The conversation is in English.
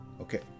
Okay